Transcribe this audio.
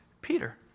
Peter